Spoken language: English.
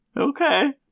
Okay